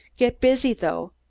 get busy, though,